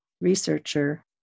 researcher